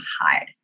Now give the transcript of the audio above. hide